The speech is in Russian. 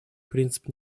принцип